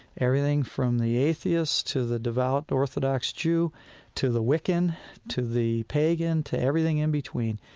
everything from the atheist to the devout orthodox jew to the wiccan to the pagan to everything in between.